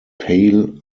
pale